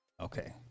okay